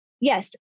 yes